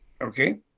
Okay